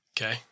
Okay